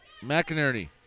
McInerney